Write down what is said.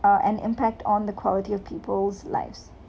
uh an impact on the quality of people's lives